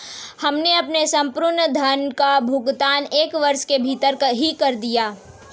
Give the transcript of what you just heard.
हमने अपने संपूर्ण ऋण का भुगतान एक वर्ष के भीतर ही कर दिया था